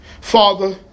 father